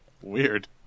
Weird